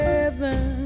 Heaven